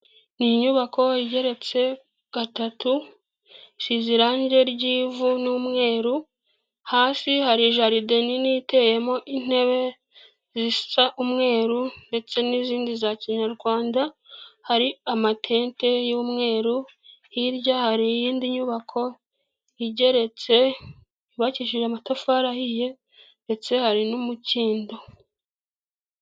Ni inyubako igereretse gatatu, isize irange ry'ivu n'umweru, hasi hari jaride nini iteyemo intebe zisa umweru ndetse n'izindi za kinyarwanda, hari amatente y'umweru, hirya hari iyindi nyubako igeretse yubakijije amatafari ahiye, ndetse hari n'umukindo.